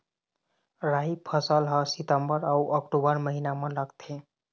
राई फसल हा सितंबर अऊ अक्टूबर महीना मा लगथे